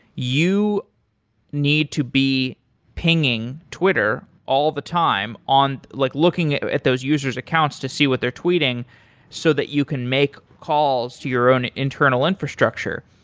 you need to be pinging twitter all the time on like looking at at those users accounts to see what they're tweeting so that you can make calls to your own internal infrastructure.